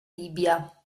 libia